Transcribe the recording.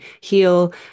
heal